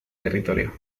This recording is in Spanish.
territorio